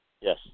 Yes